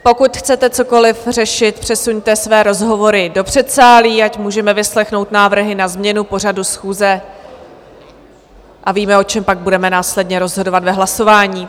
Pokud chcete cokoliv řešit, přesuňte své rozhovory do předsálí, ať můžeme vyslechnout návrhy na změnu pořadu schůze a víme, o čem pak budeme následně rozhodovat v hlasování.